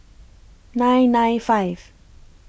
nine nine five